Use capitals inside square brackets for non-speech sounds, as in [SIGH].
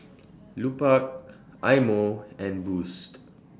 [NOISE] Lupark Eye Mo and Boost